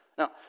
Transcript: Now